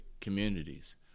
communities